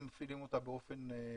אם מפעילים אותה באופן מלא,